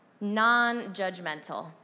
non-judgmental